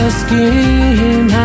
skin